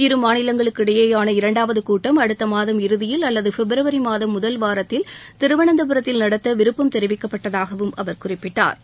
இரு மாநிலங்களுக்கு இடையேயான இரண்டாவது கூட்டம் அடுத்த மாதம் இறுதியில் அல்லது பிப்ரவரி மாதம் முதல் வாரத்தில் திருவனந்தபரத்தில் நடத்த விருப்பம் தெரிவிக்கப்பட்டதாகவும் அவர் குறிப்பிட்டா்